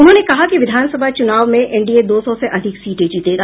उन्होंने कहा कि विधानसभा चुनाव में एनडीए दो सौ से अधिक सीटें जीतेगा